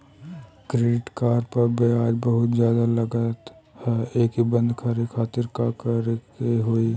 Credit card पर ब्याज बहुते ज्यादा लगत ह एके बंद करे खातिर का करे के होई?